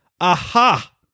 Aha